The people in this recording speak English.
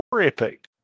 epic